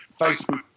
Facebook